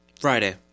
Friday